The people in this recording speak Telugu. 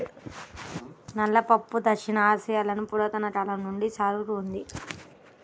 నల్ల పప్పు దక్షిణ ఆసియాలో పురాతన కాలం నుండి సాగులో ఉంది